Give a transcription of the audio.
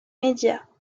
médias